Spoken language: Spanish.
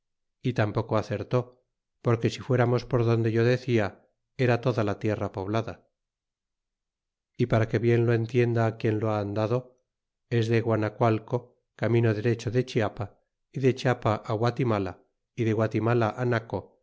y tampoco acertó poree si fueramos por donde yo decia era toda la tierra poblada y para que bien lo entienda quien lo ha andado es de guacacualco camino derecho de chiapa y de chiapa á guatimala y de gualimala á naco